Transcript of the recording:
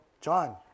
John